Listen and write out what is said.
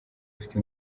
ufite